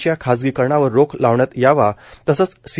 च्या खासगीकरणावर रोख लावण्यात यावा तसच सी